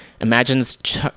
imagines